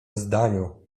zdaniu